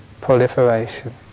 proliferation